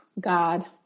god